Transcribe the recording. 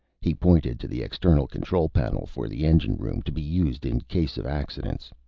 he pointed to the external control panel for the engine room, to be used in case of accidents.